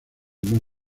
más